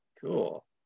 Cool